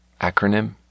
acronym